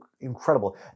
incredible